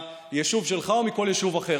מהיישוב שלך או מכל יישוב אחר,